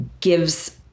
gives